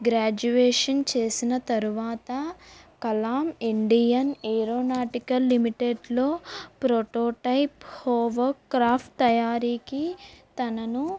graduation చేసిన తరువాత Kalam Indian aeronautical లిమిటెడ్లో ప్రోటో టైప్ హోమో క్రాఫ్ట్ తయారీకి తనను